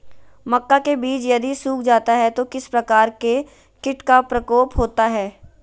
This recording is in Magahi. मक्का के बिज यदि सुख जाता है तो किस प्रकार के कीट का प्रकोप होता है?